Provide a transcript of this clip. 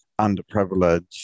underprivileged